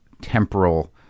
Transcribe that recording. temporal